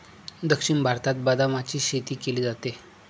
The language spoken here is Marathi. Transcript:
दक्षिण भारतात बदामाची शेती केली जाते